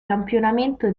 campionamento